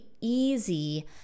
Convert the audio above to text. easy